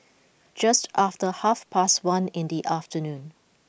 just after half past one in the afternoon